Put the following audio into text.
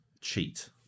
cheat